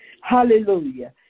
Hallelujah